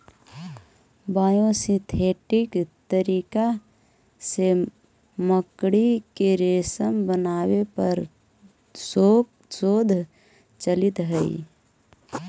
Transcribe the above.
biosynthetic तरीका से मकड़ी के रेशम बनावे पर शोध चलित हई